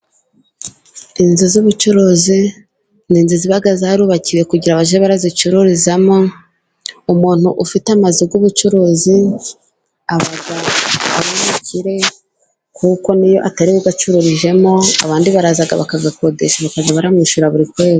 Inzu z'ubucuruzi, ni inzu ziba zarubakiwe kugira ngo bajye bazicururizamo, umuntu ufite amazu y'ubucuruzi, aba ari umukire, kuko niyo atari we uyacururijemo, abandi baraza bakayakodesha bakajya baramwishyura buri kwezi.